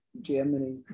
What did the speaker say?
Germany